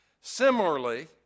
Similarly